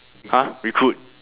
!huh! recruit